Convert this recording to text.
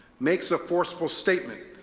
makes a forceful statement,